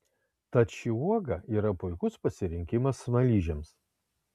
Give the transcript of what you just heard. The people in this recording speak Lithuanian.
tad ši uoga yra puikus pasirinkimas smaližiams